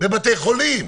בבתי חולים.